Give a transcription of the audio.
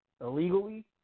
Illegally